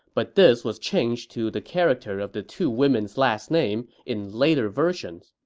but this was changed to the character of the two women's last name in later versions.